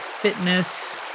fitness